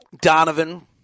Donovan